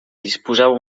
disposava